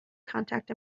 contact